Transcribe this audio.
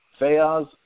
Fayaz